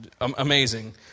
amazing